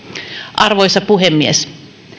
arvoisa puhemies